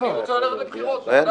אני רוצה ללכת לבחירות, ודאי.